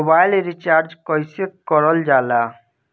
Mobile में recharge कइसे करल जाला?